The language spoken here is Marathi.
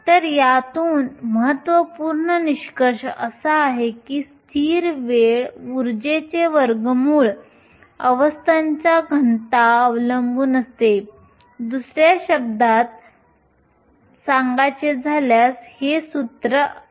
तर यातून महत्त्वपूर्ण निष्कर्ष असा आहे की स्थिर वेळ उर्जेचे वर्गमूळवर अवस्थांची घनता अवलंबून असते दुसऱ्या शब्दात gEα E असे आहे